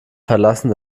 verlassen